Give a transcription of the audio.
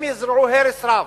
הם יזרעו הרס רב.